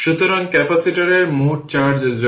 সুতরাং এটি 5 10 থেকে পাওয়ার 6 ভোল্ট প্রতি সেকেন্ডে হবে